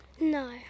No